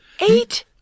Eight